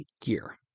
gear